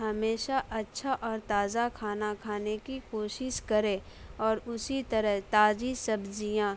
ہمیشہ اچھا اور تازہ کھانا کھانے کی کوشش کرے اور اسی طرح تازی سبزیاں